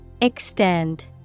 Extend